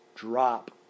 drop